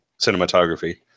cinematography